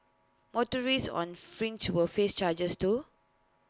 motorists on fringe will face changes too